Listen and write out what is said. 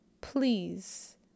please